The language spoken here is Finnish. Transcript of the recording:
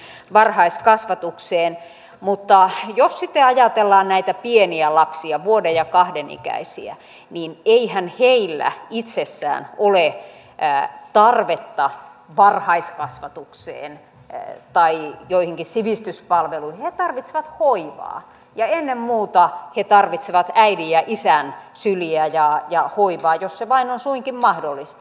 mutta jos sitten ajatellaan näitä pieniä lapsia vuoden ja kahden ikäisiä niin eihän heillä itsessään ole tarvetta varhaiskasvatukseen tai joihinkin sivistyspalveluihin he tarvitsevat hoivaa ja ennen muuta he tarvitsevat äidin ja isän syliä ja hoivaa jos se vain on suinkin mahdollista